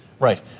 Right